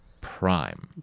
Prime